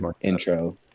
intro